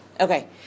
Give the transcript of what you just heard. okay